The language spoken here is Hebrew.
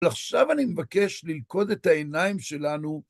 ועכשיו אני מבקש ללכוד את העיניים שלנו.